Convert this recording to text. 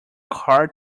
card